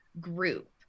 group